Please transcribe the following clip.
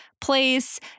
place